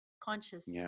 conscious